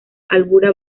albura